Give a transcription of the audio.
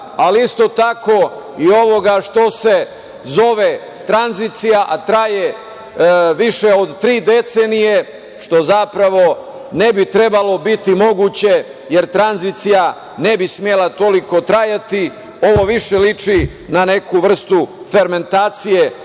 ali isto tako i ovoga što se zove tranzicija, a traje više od tri decenije, što ne bi trebalo biti moguće, jer tranzicija ne bi smela toliko trajati. Ovo više liči na neku vrstu fermentacije,